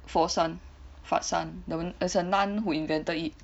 foshan fashan win~ is a nun who invented it